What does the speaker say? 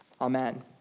Amen